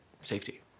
safety